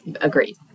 Agreed